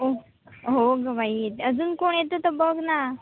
हो हो ग बाई अजून कोण येतं तं बघ ना